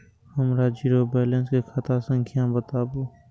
हमर zero balance के खाता संख्या बतबु?